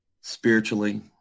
spiritually